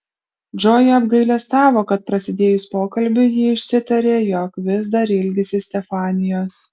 džoja apgailestavo kad prasidėjus pokalbiui ji išsitarė jog vis dar ilgisi stefanijos